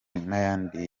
n’ayandi